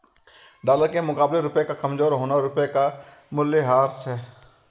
dollar के मुकाबले रुपए का कमज़ोर होना रुपए का मूल्यह्रास है